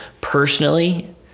Personally